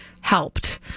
helped